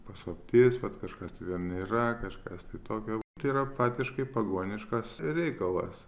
paslaptis vat kažkas tai ten yra kažkas tokio tai yra faktiškai pagoniškas reikalas